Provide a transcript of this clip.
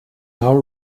now